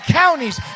counties